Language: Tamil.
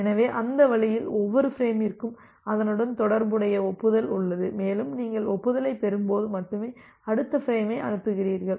எனவே அந்த வழியில் ஒவ்வொரு ஃபிரேமிற்கும் அதனுடன் தொடர்புடைய ஒப்புதல் உள்ளது மேலும் நீங்கள் ஒப்புதலைப் பெறும்போது மட்டுமே அடுத்த ஃபிரேமை அனுப்புகிறீர்கள்